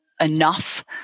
enough